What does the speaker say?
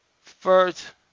first